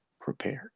prepared